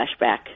flashback